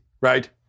Right